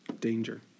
danger